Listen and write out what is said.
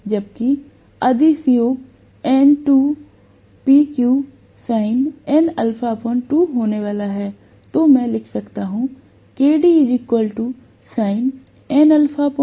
जबकि अदिश योग होने वाला है तो मैं लिख सकता हूं